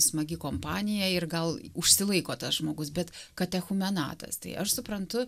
smagi kompanija ir gal užsilaiko tas žmogus bet katechumenatas tai aš suprantu